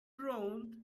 droned